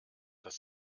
das